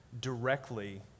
directly